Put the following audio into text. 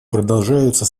продолжаются